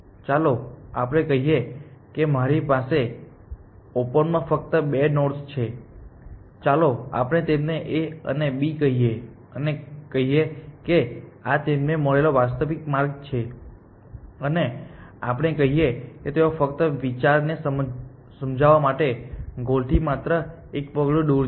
ચાલો આપણે કહીએ કે મારી પાસે ઓપનમાં ફક્ત બે નોડ્સ છે ચાલો આપણે તેમને A અને B કહીએ અને કહીએ કે આ તેમને મળેલો વાસ્તવિક માર્ગ છે અને આપણે કહીએ કે તેઓ ફક્ત વિચારને સમજાવવા માટે ગોલ થી માત્ર એક પગલું દૂર છે